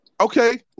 Okay